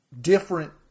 different